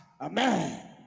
Amen